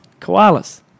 Koalas